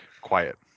Quiet